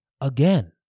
again